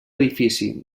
edifici